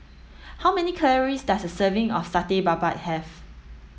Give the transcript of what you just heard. how many calories does a serving of Satay Babat have